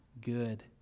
good